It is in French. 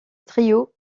trio